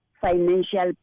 financial